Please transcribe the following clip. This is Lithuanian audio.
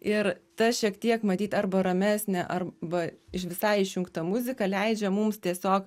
ir ta šiek tiek matyt arba ramesnė arba iš visai išjungta muzika leidžia mums tiesiog